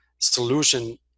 Solution